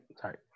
sorry